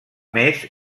més